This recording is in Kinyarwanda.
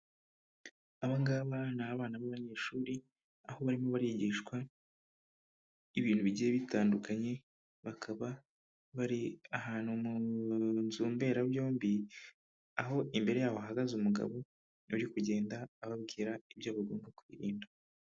Aba ngaba ni abana b'abanyeshuri, aho barimo barigishwa ibintu bigiye bitandukanye, bakaba bari ahantu mu nzu mberabyombi, aho imbere yabo hahagaze umugabo ,uri kugenda ababwira ibyo bagomba kwirinda.